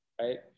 right